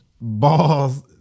balls